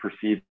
perceived